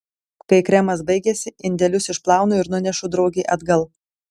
kai kremas baigiasi indelius išplaunu ir nunešu draugei atgal